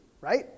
right